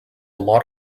lot